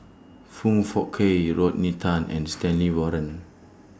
Foong Fook Kay Rodney Tan and Stanley Warren